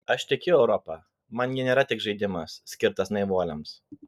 aš tikiu europa man ji nėra tik žaidimas skirtas naivuoliams